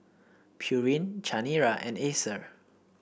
Pureen Chanira and Acer